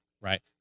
right